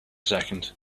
second